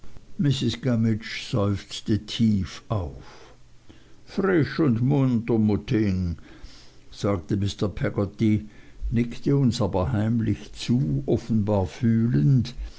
gummidge seufzte tief auf frisch und munter mutting sagte mr peggotty nickte uns aber heimlich zu offenbar fühlend